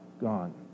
gone